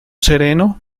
sereno